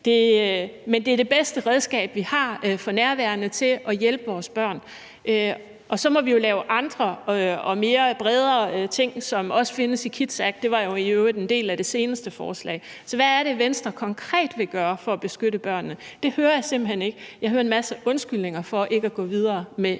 at det er det bedste redskab, vi har for nærværende til at hjælpe vores børn. Og så må vi jo lave andre og bredere ting, som også findes i KIDS Act; det var i øvrigt en del af det seneste forslag. Så hvad er det, Venstre konkret vil gøre for at beskytte børnene? Det hører jeg simpelt hen ikke. Jeg hører en masse undskyldninger for ikke at gå videre med